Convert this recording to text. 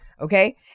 okay